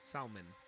Salmon